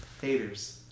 Haters